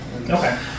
Okay